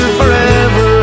forever